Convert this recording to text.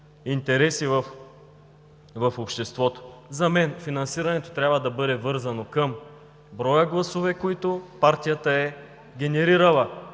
интереси в обществото. За мен финансирането трябва да бъде вързано към броя гласове, които партията е генерирала,